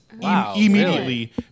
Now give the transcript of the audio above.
immediately